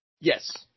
Yes